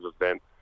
event